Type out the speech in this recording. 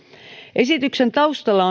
esityksen taustalla